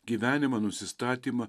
gyvenimą nusistatymą